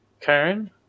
Karen